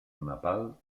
nepal